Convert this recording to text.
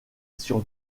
sur